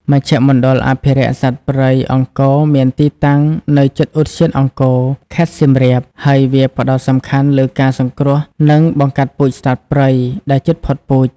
មជ្ឈមណ្ឌលអភិរក្សសត្វព្រៃអង្គរមានទីតាំងនៅជិតឧទ្យានអង្គរ ខេត្តសៀមរាប ហើយវា ផ្តោតសំខាន់លើការសង្គ្រោះ និងបង្កាត់ពូជសត្វព្រៃដែលជិតផុតពូជ។